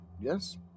Yes